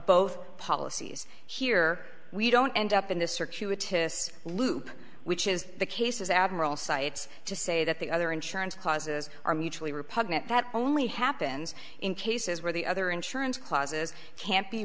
both policies here we don't end up in this circular to this loop which is the case as admiral cites to say that the other insurance clauses are mutually repugnant that only happens in cases where the other insurance clauses can't be